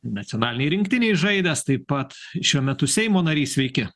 nacionalinėj rinktinėj žaidęs taip pat šiuo metu seimo narys sveiki